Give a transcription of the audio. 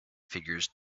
figures